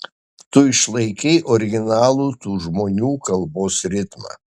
tu išlaikei originalų tų žmonių kalbos ritmą